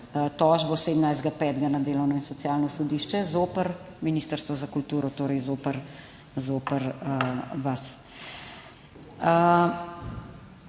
tožbo 17. 5. na Delovno in socialno sodišče zoper Ministrstvo za kulturo, torej zoper,